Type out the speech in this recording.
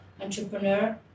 entrepreneur